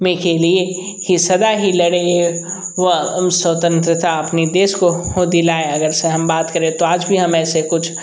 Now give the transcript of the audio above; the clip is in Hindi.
मि के लिए ही सदा ही लड़े है व स्वतंत्रता अपनी देश को दिलाया अगरचे हम बात करें तो आज भी हम ऐसे कुछ